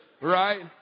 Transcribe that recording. Right